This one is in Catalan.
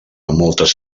moltes